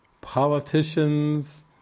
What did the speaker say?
politicians